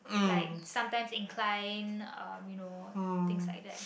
like sometime incline you know things like that